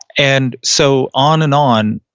and so, on and on,